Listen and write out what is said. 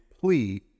PLEA